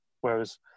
Whereas